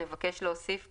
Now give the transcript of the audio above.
נבקש להוסיף פה,